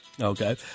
okay